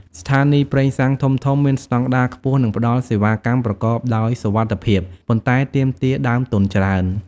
ស្ថានីយ៍ប្រេងសាំងធំៗមានស្តង់ដារខ្ពស់និងផ្តល់សេវាកម្មប្រកបដោយសុវត្ថិភាព ប៉ុន្តែទាមទារដើមទុនច្រើន។